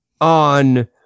on